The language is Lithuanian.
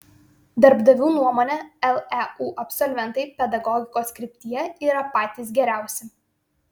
darbdavių nuomone leu absolventai pedagogikos kryptyje yra patys geriausi